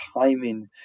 timing